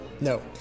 No